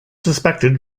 suspected